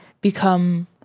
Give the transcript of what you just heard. become